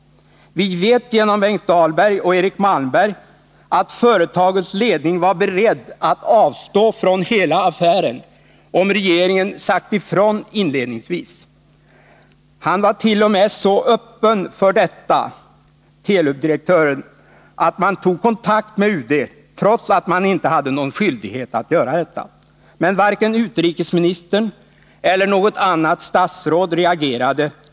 Vi vet genom Benkt Dahlberg och Eric Malmberg att företagets ledning var beredd att avstå från hela affären om regeringen sagt ifrån inledningsvis. Telubdirektören vart.o.m. så öppen för detta att man tog kontakt med UD trots att man inte hade någon skyldighet att göra detta. Men varken utrikesministern eller något annat statsråd reagerade.